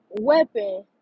weapon